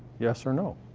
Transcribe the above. yes or no?